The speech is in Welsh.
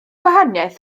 gwahaniaeth